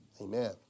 Amen